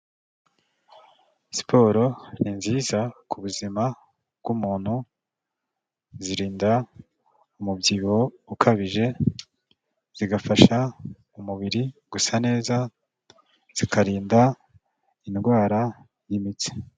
Siporo ni nziza ku buzima bw'umuntu, zirinda umubyibuho ukabije, zigafasha umubiri gusa neza, zikarinda indwara y'imitsi.